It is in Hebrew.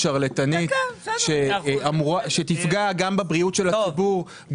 שרלטנית שתפגע גם בבריאות של הציבור,